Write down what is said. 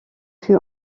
fut